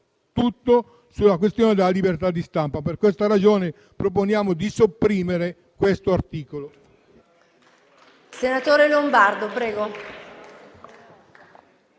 tutto sulla questione della libertà di stampa. Per questa ragione, proponiamo di sopprimere l'articolo.